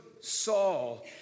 Saul